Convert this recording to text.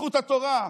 בזכות התורה.